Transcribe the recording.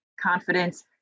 Confidence